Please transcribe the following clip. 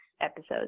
episodes